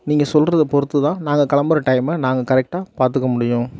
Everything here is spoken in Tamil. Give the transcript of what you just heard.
நீங்கள் சொல்றத பொறுத்து தான் நாங்கள் கிளம்புற டைம் நாங்கள் கரெக்ட்டாக பார்த்துக்க முடியும்